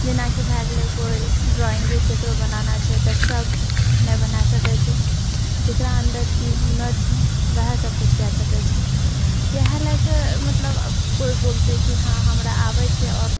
जेनाकि भए गेलेै कोइ ड्रॉइंगे केकरो बनाना छै तऽ सब नहि बना सकैछेै जेकरा अन्दर ई हुनर छै ओएह सबकिछु कए सकैछेै इएह लएके मतलब कोइ बोलते कि हँ हमरा आबैछे आओर